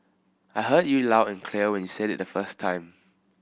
I heard you loud and clear when you said it the first time